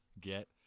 Get